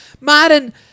Martin